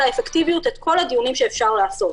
האפקטיביות את כל הדיונים שאפשר לעשות.